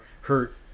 hurt